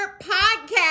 podcast